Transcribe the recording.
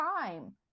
time